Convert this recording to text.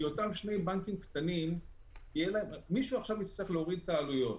כי מישהו עכשיו יצטרך להוריד את העלויות,